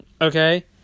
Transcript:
okay